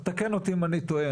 תקן אותי אם אני טועה,